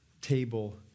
table